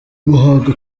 muhango